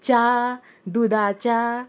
च्या दुदाच्या